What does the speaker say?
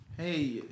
Hey